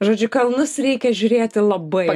žodžiu į kalnus reikia žiūrėti labai